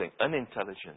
unintelligent